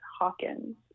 hawkins